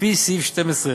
לפי סעיף 2(1)